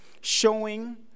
showing